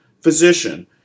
physician